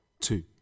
two